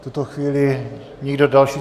V tuto chvíli nikdo další?